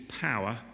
power